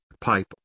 Pipe